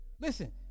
listen